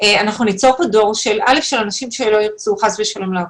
וניצור כאן דור של אנשים שלא ירצו חס ושלום לעבוד,